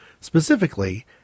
Specifically